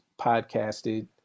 podcasted